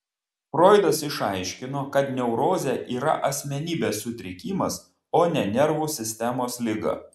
froidas išaiškino kad neurozė yra asmenybės sutrikimas o ne nervų sistemos liga